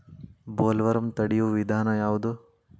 Bollworm ತಡಿಯು ವಿಧಾನ ಯಾವ್ದು?